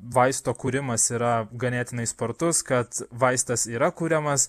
vaisto kūrimas yra ganėtinai spartus kad vaistas yra kuriamas